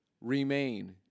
Remain